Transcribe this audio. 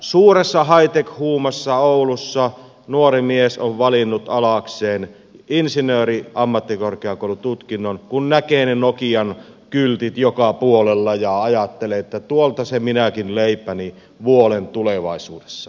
suuressa high tech huumassa oulussa nuori mies on valinnut alakseen insinööriammattikorkeakoulututkinnon kun näkee ne nokian kyltit joka puolella ja ajattelee että tuolta se minäkin leipäni vuolen tulevaisuudessa